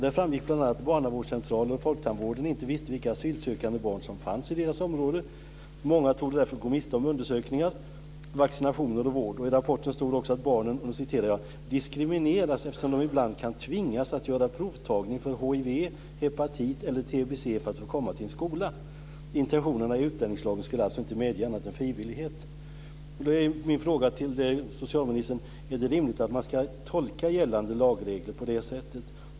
Där framgick bl.a. att barnavårdscentralerna och folktandvården inte visste vilka asylsökande barn som fanns i deras område. Många torde därför gå miste om undersökningar, vaccinationer och vård. I rapporten stod också att barnen diskrimineras eftersom de ibland kan tvingas att göra provtagning för hiv, hepatit eller tbc för att få komma till en skola. Intentionerna i utlänningslagen skulle alltså inte medge annat än frivillighet. Då är min fråga till socialministern: Är det rimligt att man ska tolka gällande lagregler på det sättet?